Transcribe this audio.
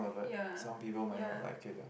but some people might not like it lah